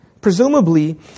Presumably